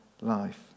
life